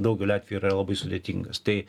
daugeliu atvejų yra labai sudėtingas tai